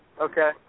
Okay